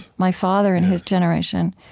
my father and his generation,